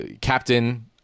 captain